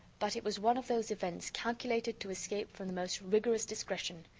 but it was one of those events calculated to escape from the most rigorous discretion.